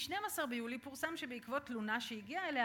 ב-12 ביולי פורסם שבעקבות תלונה שהגיעה אליה,